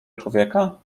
człowieka